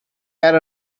add